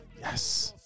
Yes